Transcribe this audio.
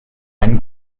einen